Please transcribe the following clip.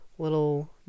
little